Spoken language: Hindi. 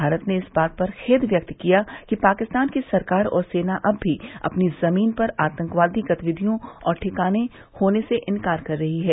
भारत ने इस बात पर खेद व्यक्त किया है कि पाकिस्तान की सरकार और सेना अब भी अपनी जमीन पर आतंकवादी गतिविधियां और ठिकाने होने से इन्कार कर रही है